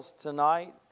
tonight